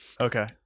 okay